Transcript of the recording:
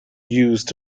used